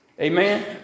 Amen